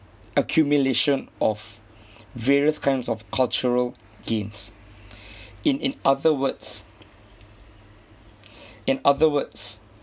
accumulation of various kinds of cultural gains in in other words in other words